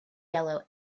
yellow